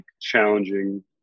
challenging